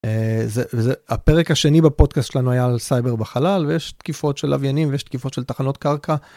הפרק השני בפודקאסט שלנו היה על סייבר בחלל ויש תקיפות של לווינים ויש תקיפות של תחנות קרקע.